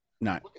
No